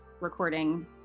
recording